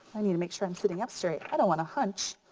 i need to make sure i'm sitting up straight, i don't wanna hunch.